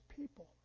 people